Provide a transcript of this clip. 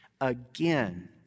again